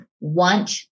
want